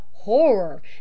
horror